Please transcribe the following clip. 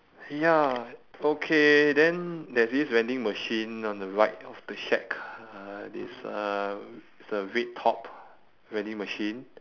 ya okay then there's this vending machine on the right of the shack uh this uh it's a red top vending machine